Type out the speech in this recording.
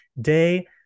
day